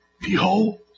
Behold